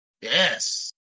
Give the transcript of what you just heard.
Yes